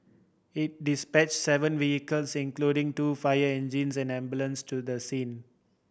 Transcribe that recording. it dispatch seven vehicles including two fire engines and an ambulance to the scene